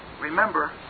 remember